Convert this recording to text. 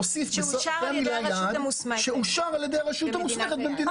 להוסיף "שאושר על ידי הרשות המוסמכת במדינת היעד".